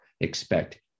expect